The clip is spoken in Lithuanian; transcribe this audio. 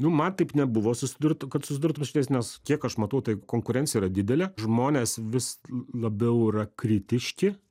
nu man taip nebuvo susidurt kad susidurtum su šitas nes kiek aš matau tai konkurencija yra didelė žmonės vis labiau yra kritiški